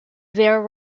there